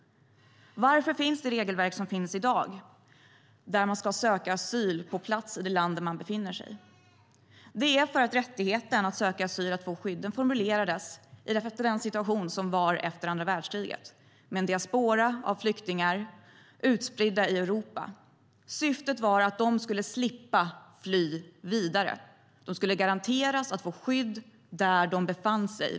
Varför finns det regelverk som finns i dag och som innebär att man ska söka asyl på plats i det land där man befinner sig? Det är för att rättigheten att söka asyl och få skydd formulerades efter den situation som rådde efter andra världskriget med en diaspora av flyktingar utspridda i Europa. Syftet var att dessa flyktingar skulle slippa att fly vidare. De skulle garanteras skydd där de befann sig.